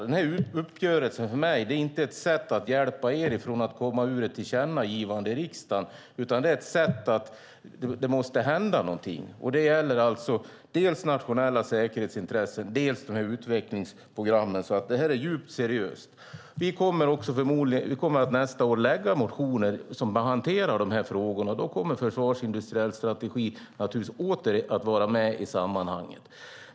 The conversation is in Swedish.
Den här uppgörelsen är för mig inte ett sätt att hjälpa er att komma ur ett tillkännagivande i riksdagen utan det är ett sätt att se till att det måste hända någonting. Det gäller alltså dels nationella säkerhetsintressen, dels utvecklingsprogrammen. Det här är djupt seriöst. Vi kommer nästa år att väcka motioner som hanterar de här frågorna. Då kommer försvarsindustriell strategi åter att vara med i sammanhanget.